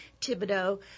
Thibodeau